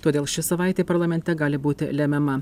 todėl ši savaitė parlamente gali būti lemiama